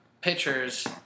pitchers